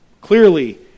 Clearly